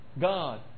God